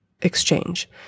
exchange